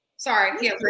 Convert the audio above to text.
Sorry